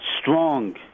strong